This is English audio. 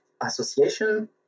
association